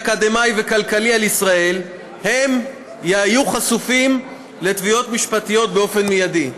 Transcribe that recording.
אקדמי וכלכלי על ישראל יהיו חשופים לתביעות משפטיות באופן מיידי.